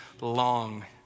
long